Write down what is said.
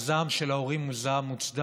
הזעם של ההורים הוא זעם מוצדק,